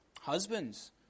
Husbands